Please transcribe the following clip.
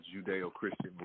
Judeo-Christian